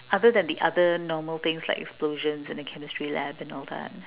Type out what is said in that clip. other than the other normal things like explosions in the chemistry lab and all that